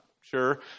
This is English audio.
sure